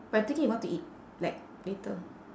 but I'm thinking what to eat like later